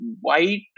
white